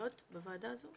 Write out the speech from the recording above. הסתייגויות בוועדה הזו?